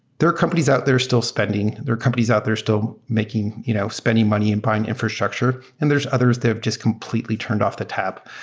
there are companies out there still spending. there are companies out there still making you know spending money and buying infrastructure, and there's others that have just completely turned off the tab.